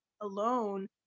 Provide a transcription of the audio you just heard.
alone